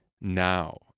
now